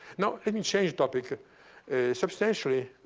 now, let me change topic substantially,